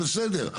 זה בסדר,